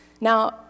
Now